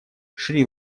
шри